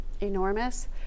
enormous